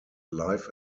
live